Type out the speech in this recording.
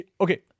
okay